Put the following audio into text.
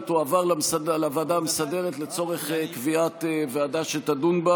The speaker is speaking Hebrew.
והיא תועבר לוועדה המסדרת לצורך קביעת הוועדה שתדון בה